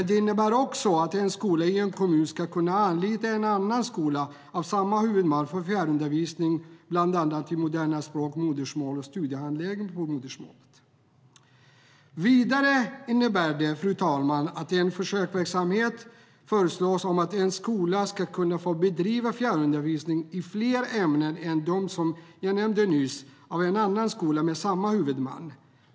Det innebär också att en skola i en kommun ska kunna anlita en annan skola med samma huvudman för fjärrundervisning i bland annat moderna språk, modersmål och studiehandledning på modersmålet. Fru talman! Vidare föreslås en försöksverksamhet där skolor ska få bedriva verksamhet i fler ämnen än dem som jag nyss nämnde.